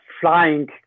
flying